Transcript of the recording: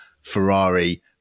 Ferrari